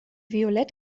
violett